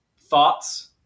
thoughts